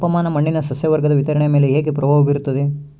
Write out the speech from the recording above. ತಾಪಮಾನ ಮಣ್ಣಿನ ಸಸ್ಯವರ್ಗದ ವಿತರಣೆಯ ಮೇಲೆ ಹೇಗೆ ಪ್ರಭಾವ ಬೇರುತ್ತದೆ?